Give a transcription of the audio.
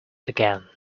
again